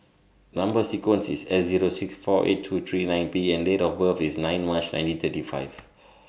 Number sequence IS S Zero six four eight two three nine P and Date of birth IS nine March nineteen thirty five